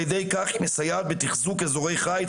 ידי כך היא מסייעת בתחזוק איזורי חייץ,